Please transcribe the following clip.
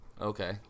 Okay